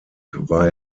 war